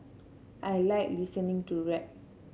I like listening to rap